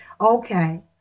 Okay